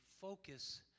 focus